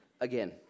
Again